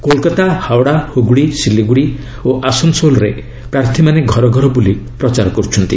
କୋଲକାତା ହାଓଡ଼ା ଗୁହୁଳି ସିଲିଗୁଡ଼ି ଓ ଆସନସୋଲ୍ରେ ପ୍ରାର୍ଥୀମାନେ ଘର ଘର ବୁଲି ପ୍ରଚାର କରୁଛନ୍ତି